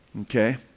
okay